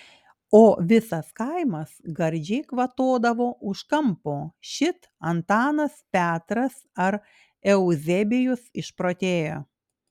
o visas kaimas gardžiai kvatodavo už kampo šit antanas petras ar euzebijus išprotėjo